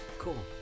Cool